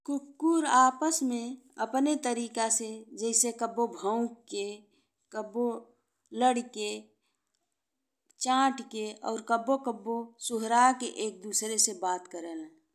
कुक्कुर आपस में अपने तरीका से जैसे कब्बो भौंक के, कब्बो लड़ी के, छाती के और कब्बो-कब्बो सुहारा के एक दूसरे से बात करेले।